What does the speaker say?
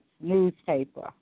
Newspaper